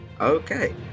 Okay